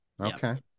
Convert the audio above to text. Okay